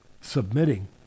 submitting